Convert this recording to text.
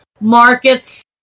markets